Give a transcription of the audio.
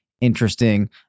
interesting